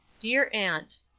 dear aunt.